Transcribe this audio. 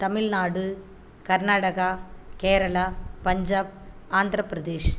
Tamil Nadu Karnataka Kerala Punjab Andhra Pradesh